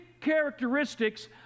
characteristics